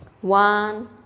one